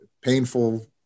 painful